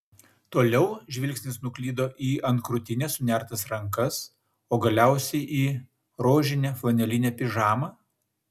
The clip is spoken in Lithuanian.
toliau žvilgsnis nuklydo į ant krūtinės sunertas rankas o galiausiai į rožinę flanelinę pižamą